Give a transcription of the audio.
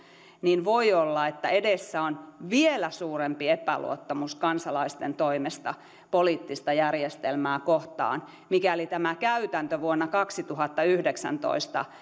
niin voi olla että edessä on vielä suurempi epäluottamus kansalaisten toimesta poliittista järjestelmää kohtaan mikäli tämä käytäntö vuonna kaksituhattayhdeksäntoista